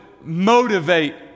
motivate